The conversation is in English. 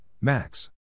Max